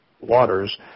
waters